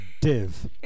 Div